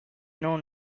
known